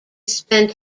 spent